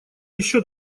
еще